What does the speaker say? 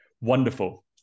Wonderful